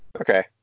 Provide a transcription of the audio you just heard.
Okay